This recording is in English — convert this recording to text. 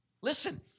Listen